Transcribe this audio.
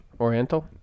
Oriental